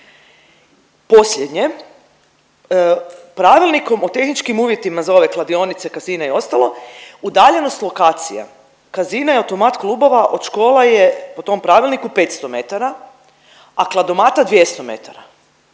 Posljednje, pravilnikom o tehničkim uvjetima za ove kladionice, kasina i ostalo udaljenost lokacija i automat klubova od škola je po tom pravilniku 500 metara, a kladomata 200 metara.